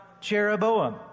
Jeroboam